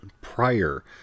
prior